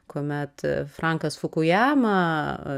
kuomet frankas fukujama